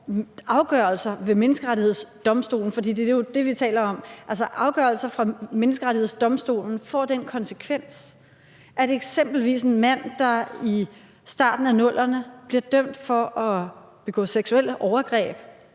afgørelser ved Menneskerettighedsdomstolen, for det er jo det, vi taler om, får den konsekvens, at f.eks. en mand, der i starten af 00'erne bliver dømt for at begå seksuelle overgreb